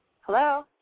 Hello